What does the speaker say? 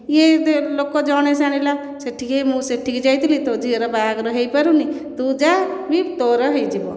କିଏ ଲୋକ ଜଣେ ଜାଣିଲା ସେଠିକି ମୁଁ ସେଠିକି ଯାଇଥିଲି ତୋ ଝିଅର ବାହାଘର ହୋଇପାରୁନି ତୁ ଯା ବି ତୋର ହୋଇଯିବ